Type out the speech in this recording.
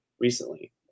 recently